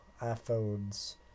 iPhones